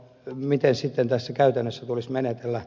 no miten sitten tässä käytännössä tulisi menetellä